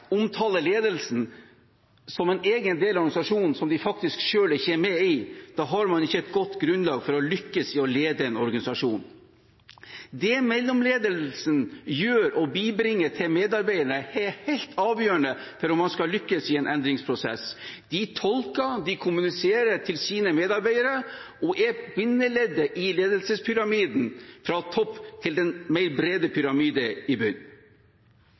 ledelsen som en egen del av organisasjonen som de faktisk selv ikke er med i, har man ikke et godt grunnlag for å lykkes i å lede en organisasjon. Det mellomledelsen gjør og bibringer til medarbeiderne, er helt avgjørende for om man skal lykkes i en endringsprosess. De tolker, de kommuniserer til sine medarbeidere og er bindeleddet i ledelsespyramiden fra topp til den bredere pyramide i